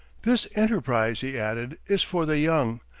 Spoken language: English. this enterprise, he added, is for the young,